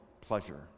pleasure